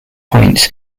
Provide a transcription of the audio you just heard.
points